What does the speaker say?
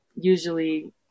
usually